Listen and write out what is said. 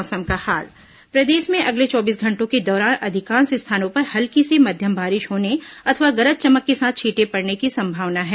मौसम प्रदेश में अगले चौबीस घंटों के दौरान अधिकांश स्थानों पर हल्की से मध्यम बारिश होने अथवा गरज चमक के साथ छींटे पडने की संभावना है